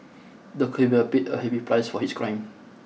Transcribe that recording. the criminal paid a heavy price for his crime